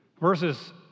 verses